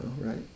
right